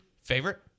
Favorite